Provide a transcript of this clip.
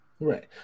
Right